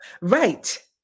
Right